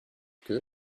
que